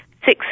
Six